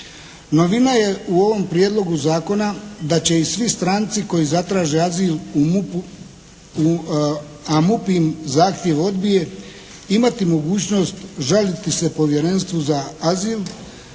Novina je u ovom Prijedlogu zakona da će i svi stranci koji zatraže azil u MUP-u, a MUP im zahtjev odbije imati mogućnost žaliti se Povjerenstvu za azil